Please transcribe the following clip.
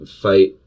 fight